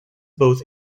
both